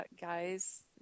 guys